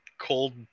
cold